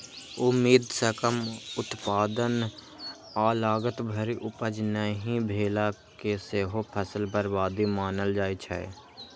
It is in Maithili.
उम्मीद सं कम उत्पादन आ लागत भरि उपज नहि भेला कें सेहो फसल बर्बादी मानल जाइ छै